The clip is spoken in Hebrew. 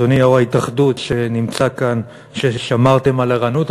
אדוני יו"ר ההתאחדות, שנמצא כאן, ששמרתם על ערנות.